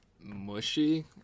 Mushy